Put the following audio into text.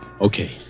Okay